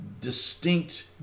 distinct